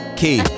key